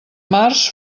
març